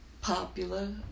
popular